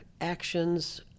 actions